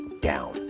down